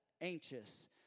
anxious